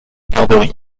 garderie